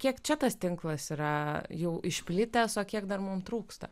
kiek čia tas tinklas yra jau išplitęs o kiek dar mums trūksta